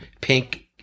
pink